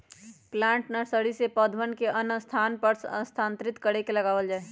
plant nursery से पौधवन के अन्य स्थान पर स्थानांतरित करके लगावल जाहई